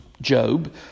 Job